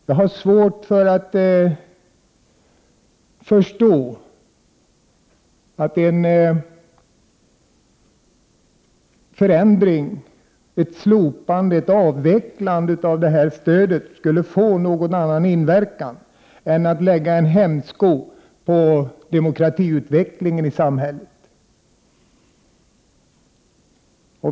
Jag har svårt att förstå att en förändring, ett slopande, ett avvecklande av stödet skulle få någon annan inverkan än att lägga en hämsko på demokratiutveck lingen i samhället.